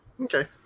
Okay